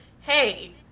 hey